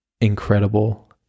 incredible